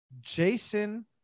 Jason